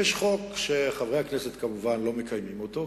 יש חוק שחברי הכנסת כמובן לא מקיימים אותו,